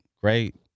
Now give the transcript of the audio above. great